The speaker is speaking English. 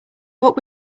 what